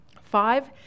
five